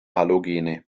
halogene